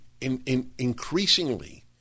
increasingly